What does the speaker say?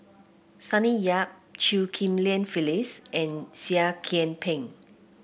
Sonny Yap Chew Ghim Lian Phyllis and Seah Kian Peng